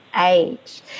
age